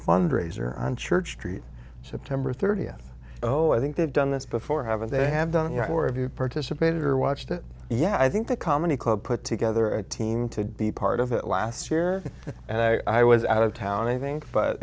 fundraiser on church street september thirtieth oh i think they've done this before haven't they have done yet or if you participated or watched it yeah i think the comedy club put together a team to be part of it last year and i was out of town i think but